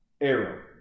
arrow